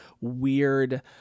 weird